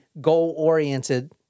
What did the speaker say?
goal-oriented